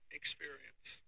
experience